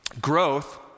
Growth